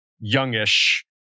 youngish